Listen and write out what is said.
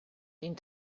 den